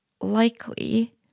likely